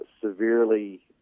severely